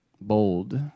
bold